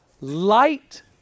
light